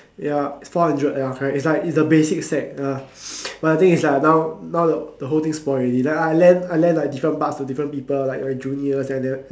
ya it's four hundred ya correct it's like its the basic set ya but the thing is like now like the whole thing spoil already then I lend I lend like different parts to different people like my juniors and then